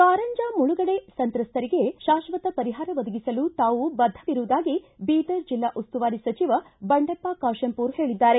ಕಾರಂಜಾ ಮುಳುಗಡೆ ಸಂತ್ರಸ್ತರಿಗೆ ಶಾಶ್ವತ ಪರಿಹಾರ ಒದಗಿಸಲು ತಾವು ಬದ್ದವಿರುವುದಾಗಿ ಬೀದರ್ ಜಿಲ್ಲಾ ಉಸ್ತುವಾರಿ ಸಚಿವ ಬಂಡೆಪ್ಪ ಖಾಶೆಂಪೂರ ಹೇಳಿದ್ದಾರೆ